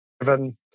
given